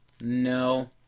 no